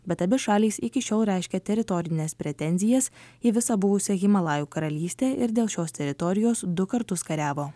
bet abi šalys iki šiol reiškia teritorines pretenzijas į visą buvusią himalajų karalystę ir dėl šios teritorijos du kartus kariavo